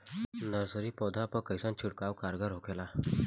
Nursery पौधा पर कइसन छिड़काव कारगर होखेला?